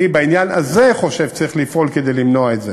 אני בעניין הזה חושב שצריך לפעול כדי למנוע את זה.